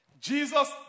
Jesus